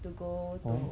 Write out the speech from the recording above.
to go to